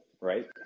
right